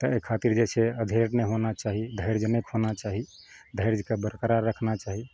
तऽ एहि खातिर जे छै अधीर नहि होना चाही धैर्य नहि खोना चाही धैर्यके बरकरार रखना चाही